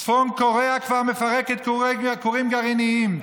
צפון קוריאה כבר מפרקת כורים גרעיניים,